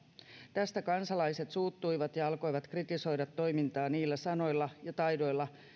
tästä kansalaiset suuttuivat ja alkoivat kritisoida toimintaa niillä sanoilla ja taidoilla